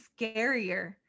scarier